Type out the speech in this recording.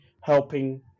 helping